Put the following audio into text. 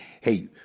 Hey